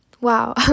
wow